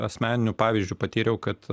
asmeniniu pavyzdžiu patyriau kad